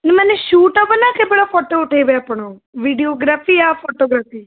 ମାନେ ସୁଟ୍ ହବନା କେବଳ ଫଟୋ ଉଠାଇବେ ଆପଣ ଭିଡ଼ିଓ ଗ୍ରାଫି ୟା ଫଟୋ ଗ୍ରାଫି